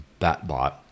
BatBot